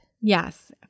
Yes